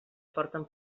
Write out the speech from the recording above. porten